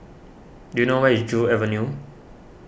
do you know where is Joo Avenue